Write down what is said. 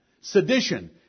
Sedition